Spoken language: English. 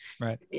right